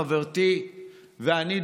חברתי ואני,